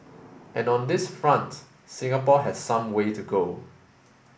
and on this front Singapore has some way to go